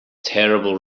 terrible